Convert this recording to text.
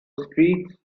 streets